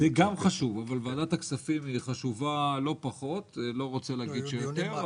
זה גם חשוב אבל ועדת הכספים חשובה לא פחות ואני לא רוצה להגיד שיותר.